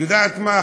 את יודעת מה,